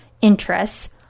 interests